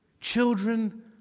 Children